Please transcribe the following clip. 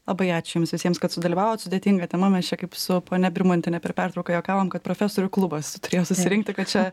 labai ačiū jums visiems kad sudalyvavot sudėtinga tema mes čia kaip su ponia birmontiene per pertrauką juokavom kad profesorių klubas turėjo susirinkti kad šią